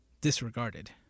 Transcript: disregarded